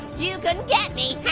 you couldn't get me